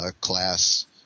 class